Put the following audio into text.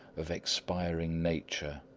of expiring nature?